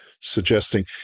suggesting